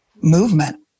movement